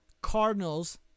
Cardinals